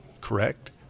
correct